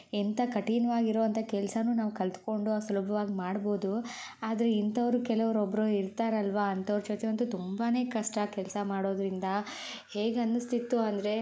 ಎಂಥ ಕಠಿಣವಾಗಿರುವಂಥ ಕೆಲಸಾನೂ ನಾವು ಕಲ್ತ್ಕೊಂಡು ಸುಲಭವಾಗಿ ಮಾಡ್ಬೋದು ಆದರೆ ಇಂಥವರು ಕೆಲೊವ್ರೊಬ್ರು ಇರ್ತಾರಲ್ವಾ ಅಂಥವ್ರ ಜೊತೆ ಅಂತೂ ತುಂಬಾ ಕಷ್ಟ ಕೆಲಸ ಮಾಡೋದ್ರಿಂದ ಹೇಗೆ ಅನ್ನಿಸ್ತಿತ್ತು ಅಂದರೆ